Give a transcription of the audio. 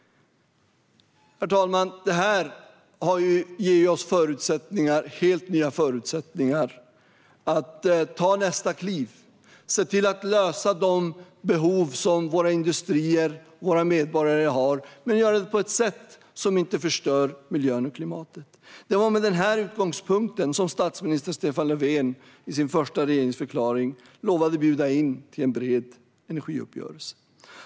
Herr talman! Detta ger oss helt nya förutsättningar att ta nästa kliv och se till att lösa de behov som våra industrier och våra medborgare har, men göra det på ett sätt som inte förstör miljön och klimatet. Det var med denna utgångspunkt som statsminister Stefan Löfven i sin första regeringsförklaring lovade att bjuda in till en bred energiuppgörelse.